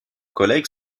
collègue